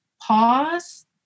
pause